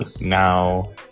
Now